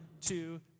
two